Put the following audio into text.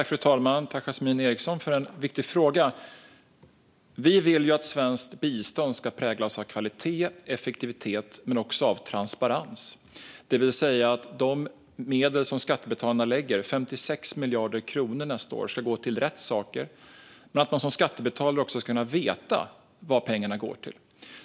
Fru talman! Tack, Yasmine Eriksson, för en viktig fråga! Vi vill att svenskt bistånd ska präglas av kvalitet, effektivitet och också av transparens. De medel som skattebetalarna lägger - 56 miljarder kronor nästa år - ska gå till rätt saker. Man ska som skattebetalare också kunna veta vad pengarna går till.